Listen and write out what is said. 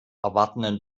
erwartenden